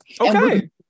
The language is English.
Okay